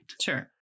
Sure